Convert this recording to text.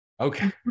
Okay